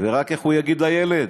ורק, איך הוא יגיד לילד: